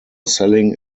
selling